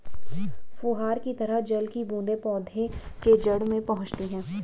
फुहार की तरह जल की बूंदें पौधे के जड़ में पहुंचती है